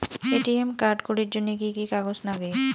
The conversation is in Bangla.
এ.টি.এম কার্ড করির জন্যে কি কি কাগজ নাগে?